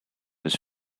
his